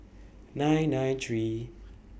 nine nine three